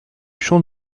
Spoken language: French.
champ